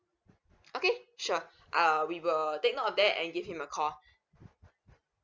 okay sure err we will take note of that and give him a call